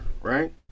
right